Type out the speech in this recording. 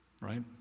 Right